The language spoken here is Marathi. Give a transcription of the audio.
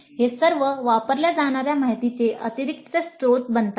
ते सर्व वापरल्या जाणार्या माहितीचे अतिरिक्त स्त्रोत बनतात